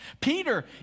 Peter